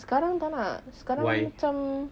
sekarang tak nak sekarang macam